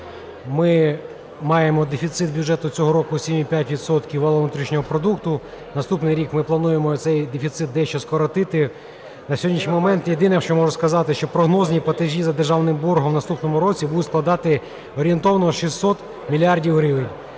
Ми маємо дефіцит бюджету цього року 7,5 відсотка валового внутрішнього продукту. Наступний рік ми плануємо цей дефіцит дещо скоротити. На сьогоднішній момент єдине, що можу сказати, що прогнозні платежі за державним боргом в наступному році будуть складати орієнтовно 600 мільйонів гривень.